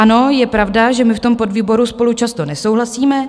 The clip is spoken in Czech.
Ano, je pravda, že my v tom podvýboru spolu často nesouhlasíme.